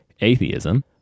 atheism